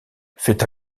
fait